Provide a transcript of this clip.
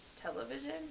television